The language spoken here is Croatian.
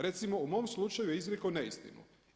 Recimo u mom slučaju je izrekao neistinu.